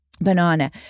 Banana